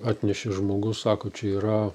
atnešė žmogus sako čia yra